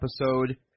episode